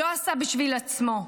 לא עשה בשביל עצמו,